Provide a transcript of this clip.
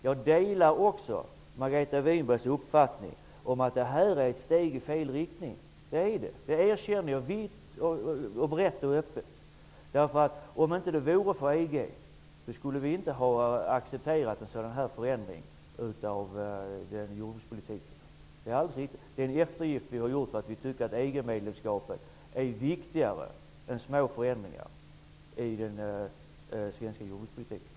Jag delar också Margareta Winbergs uppfattning att det här egentligen är ett steg i fel riktning, vilket jag erkänner vitt och brett. Vore det inte för ett eventuellt EG-medlemskap skulle vi inte ha accepterat en sådan här förändring av jordbrukspolitiken. I Ny demokrati har vi gjort denna eftergift, därför att vi tycker att EG medlemskapet är viktigare än små förändringar i den svenska jordbrukspolitiken.